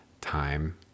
time